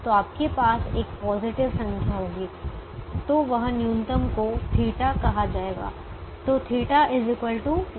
तो आपके पास एक पॉजिटिव संख्या होगी तो वह न्यूनतम को θ कहा जाएगा तो θ 1 है